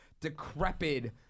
decrepit